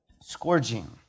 Scourging